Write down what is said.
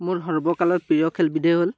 মোৰ সৰ্বকালত প্ৰিয় খেলবিধেই হ'ল